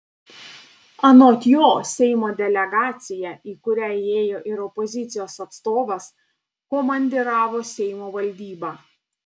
anot jo seimo delegaciją į kurią įėjo ir opozicijos atstovas komandiravo seimo valdyba